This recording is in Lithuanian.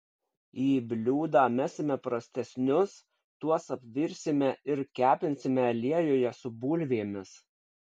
į bliūdą mesime prastesnius tuos apvirsime ir kepinsime aliejuje su bulvėmis